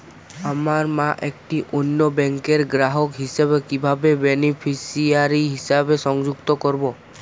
আমার মা একটি অন্য ব্যাংকের গ্রাহক হিসেবে কীভাবে বেনিফিসিয়ারি হিসেবে সংযুক্ত করব?